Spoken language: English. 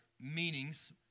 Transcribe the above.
meanings